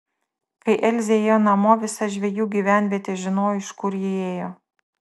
kai elzė ėjo namo visa žvejų gyvenvietė žinojo iš kur ji ėjo